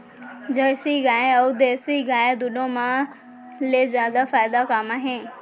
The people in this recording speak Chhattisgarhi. जरसी गाय अऊ देसी गाय दूनो मा ले जादा फायदा का मा हे?